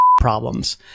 problems